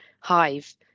Hive